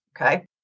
okay